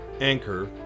Anchor